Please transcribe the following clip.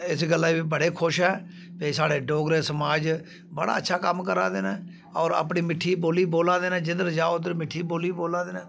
इस गल्ला गी बी बड़े खुश आं भई साढ़े डोगरे समाज बड़ा अच्छा कम्म करा दे न होर अपनी मिट्ठी बोली बोला दे न जिद्धर जाओ उद्धर मिट्ठी बोली बोला दे न